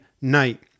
night